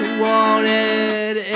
wanted